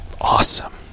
awesome